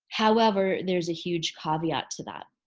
however, there's a huge caveat to that.